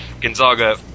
gonzaga